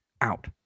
out